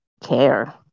care